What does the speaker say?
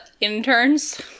interns